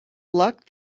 luck